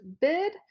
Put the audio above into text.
bid